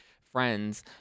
friends